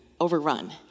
overrun